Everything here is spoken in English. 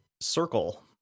circle